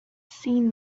seen